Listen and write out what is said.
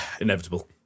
Inevitable